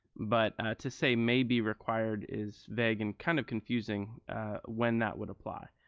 but to say maybe required is vague and kind of confusing when that would apply.